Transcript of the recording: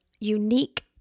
unique